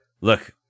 look